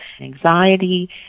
anxiety